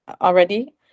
already